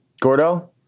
gordo